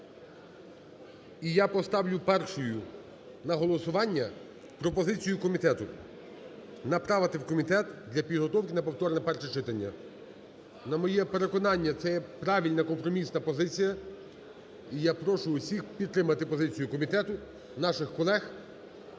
І я поставлю першою на голосування пропозицію комітету направити в комітет для підготовки на повторне перше читання. На моє переконання це є правильна компромісна позиція і я прошу усіх підтримати позицію комітету, наших колег